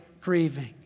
grieving